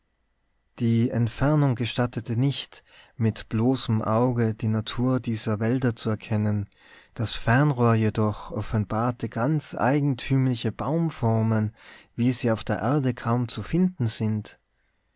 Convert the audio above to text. die entfernung gestattete nicht mit bloßem auge die natur dieser wälder zu erkennen das fernrohr jedoch offenbarte ganz eigentümliche baumformen wie sie auf der erde kaum zu finden sind